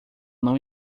não